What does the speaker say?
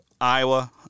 Iowa